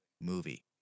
movie